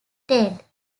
dead